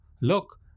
Look